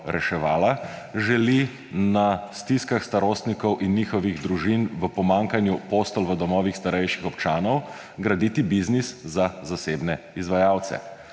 reševala, želi na stiskah starostnikov in njihovih družin v pomanjkanju postelj v domovih starejših občanov graditi biznis za zasebne izvajalce.